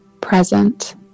present